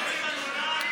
הצעירים,